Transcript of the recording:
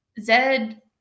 Zed